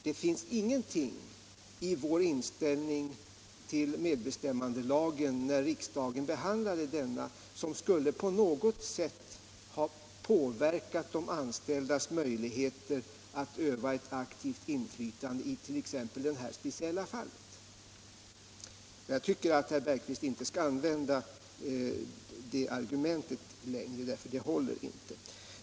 Det fanns ingenting i vårt ställningstagande vid behandlingen av medbestämmandelagen i riksdagen som på något sätt påverkade de anställdas möjligheter att utöva ett aktivt inflytande i t.ex. det här speciella fallet. Jag tycker att herr Bergqvist inte längre skall använda det argumentet, för det håller inte.